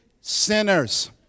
Sinners